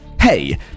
Hey